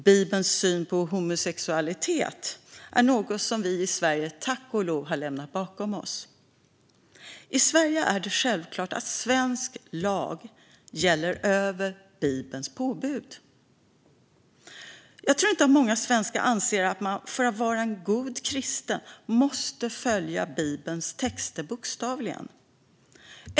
Bibelns syn på homosexualitet är något som vi i Sverige tack och lov har lämnat bakom oss. I Sverige är det självklart att svensk lag gäller över Bibelns påbud. Jag tror inte att många svenskar anser att man för att vara en god kristen måste följa Bibelns texter bokstavligen.